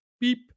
beep